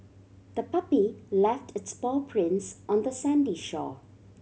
the puppy left its paw prints on the sandy shore